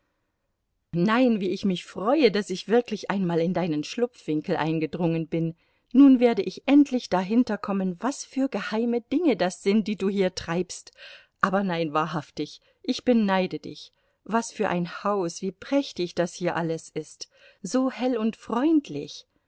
nein wie ich mich freue daß ich wirklich einmal in deinen schlupfwinkel eingedrungen bin nun werde ich endlich dahinterkommen was für geheime dinge das sind die du hier treibst aber nein wahrhaftig ich beneide dich was für ein haus wie prächtig das hier alles ist so hell und freundlich